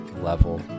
level